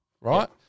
right